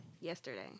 yesterday